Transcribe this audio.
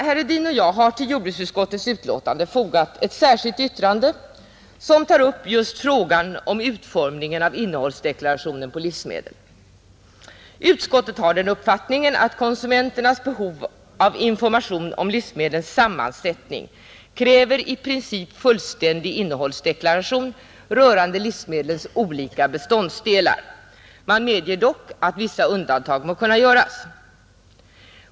Herr Hedin och jag har till jordbruksutskottets utlåtande fogat ett särskilt yttrande. Det tar upp just frågan om utformningen av innehållsdeklarationen på livsmedel. Utskottet har den uppfattningen att konsumenternas behov av information om livsmedlens sammansättning kräver i princip fullständig innehållsdeklaration rörande livsmedlens olika beståndsdelar. Man medger dock att vissa undantag må kunna göras.